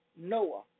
Noah